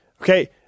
Okay